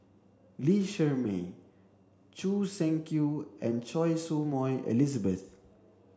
Lee Shermay Choo Seng Quee and Choy Su Moi Elizabeth